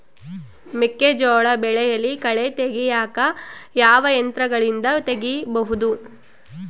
ಮೆಕ್ಕೆಜೋಳ ಬೆಳೆಯಲ್ಲಿ ಕಳೆ ತೆಗಿಯಾಕ ಯಾವ ಯಂತ್ರಗಳಿಂದ ತೆಗಿಬಹುದು?